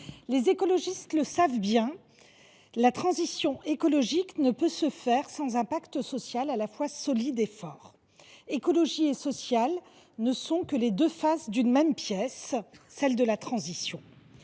Les écologistes le savent bien, la transition écologique ne peut se faire sans un pacte social à la fois solide et fort, car écologie et social sont les deux faces d’une même pièce : celle de la transition.